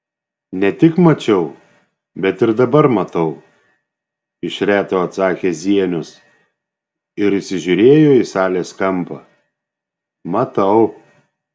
ne tik mačiau bet ir dabar matau iš reto atsakė zienius ir įsižiūrėjo į salės kampą matau